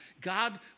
God